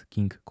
King